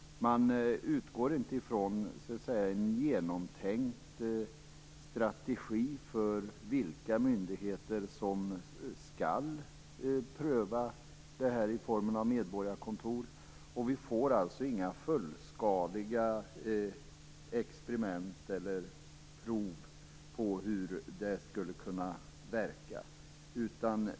Man utgår inte från en genomtänkt strategi för vilka myndigheter som skall pröva det här i form av medborgarkontor, och det blir alltså inga fullskaliga experiment eller prov på hur det skulle kunna verka.